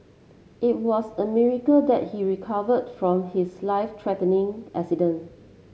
it was a miracle that he recovered from his life threatening accident